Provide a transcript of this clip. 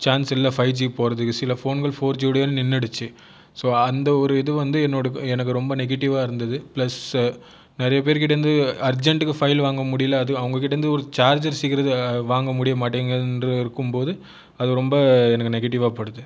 chance இல்லை five G போகிறதுக்கு சில ஃபோன்கள் ஃபோர் ஜியோடயே நின்றுடுச்சி ஸோ அந்த ஒரு இது வந்து என்னோடய எனக்கு ரொம்ப நெகடிவ்வாக இருந்தேது பிளஸ் நிறைய பேர் கிட்டே இருந்து அர்ஜென்ட்டுக்கு ஃபைல் வாங்க முடியலை அது அவங்க கிட்டே இருந்து ஒரு சார்ஜர் சீக்கிரத்தில் வாங்க முடியமாட்டேங்கின்று இருக்கும் போது அது ரொம்ப எனக்கு நெகடிவ்வாகப்படுது